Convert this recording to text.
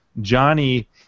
Johnny